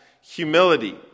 humility